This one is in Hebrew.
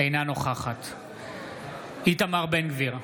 אינה נוכחת איתמר בן גביר,